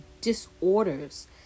disorders